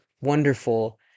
wonderful